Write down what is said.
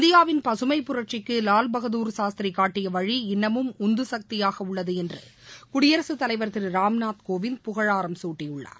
இந்தியாவின் பசுமைப் புரட்சிக்கு லால் பகதூர் சாஸ்திரி காட்டிய வழி இன்னமும் உந்துசக்தியாக உள்ளது என்று குடியரசுத் தலைவர் திரு ராம்நாத் கோவிந்த் புகழாரம் சூட்டியுள்ளார்